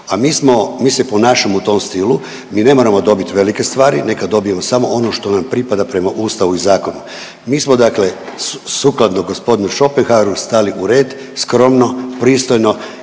mi se ponašamo u tom stilu. Mi ne moramo dobiti velike stvari, neka dobijemo samo ono što nam pripada prema Ustavu i zakonu. Mi smo dakle sukladno gospodinu Schopenhaueru stali u red, skromno, pristojno